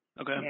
Okay